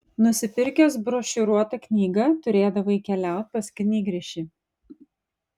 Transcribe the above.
nusipirkęs brošiūruotą knygą turėdavai keliaut pas knygrišį